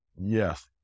yes